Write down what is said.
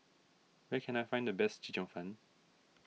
where can I find the best Chee Cheong Fun